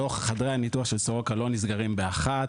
חדרי הניתוח של סורוקה לא נסגרים בשעה 13:00,